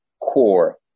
core